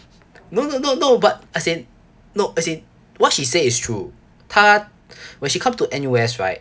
no no no no but as in no as in what she say is true 她 when she come to N_U_S right